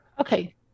Okay